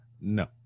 No